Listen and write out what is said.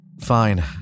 Fine